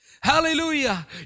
Hallelujah